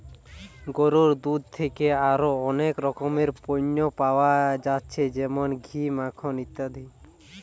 গরুর দুধ থিকে আরো অনেক রকমের পণ্য পায়া যাচ্ছে যেমন ঘি, মাখন ইত্যাদি